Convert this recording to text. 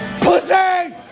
Pussy